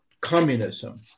communism